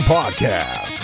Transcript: Podcast